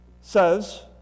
says